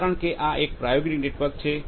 કારણ કે આ એક પ્રાયોગિક નેટવર્ક છે